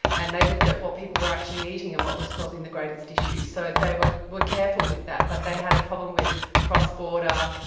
and they looked at what people were actually eating and what was causing the greatest issues. so they were careful with that but they had a problem with cross-border.